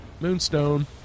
Moonstone